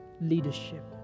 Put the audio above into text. leadership